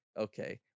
Okay